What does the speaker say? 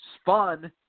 spun